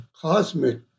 cosmic